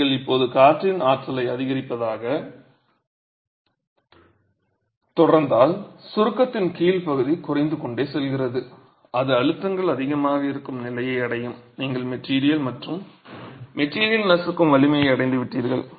நீங்கள் இப்போது காற்றின் ஆற்றலை அதிகரிப்பதைத் தொடர்ந்தால் சுருக்கத்தின் கீழ் பகுதி குறைந்து கொண்டே செல்கிறது அது அழுத்தங்கள் அதிகமாக இருக்கும் நிலையை அடையும் நீங்கள் மெட்டிரியல் மற்றும் மெட்டிரியல் நசுக்கும் வலிமையை அடைந்துவிட்டீர்கள்